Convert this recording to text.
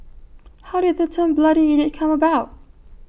how did the term bloody idiot come about